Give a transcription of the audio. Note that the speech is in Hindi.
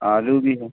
आलू भी है